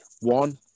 one